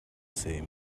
same